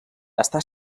està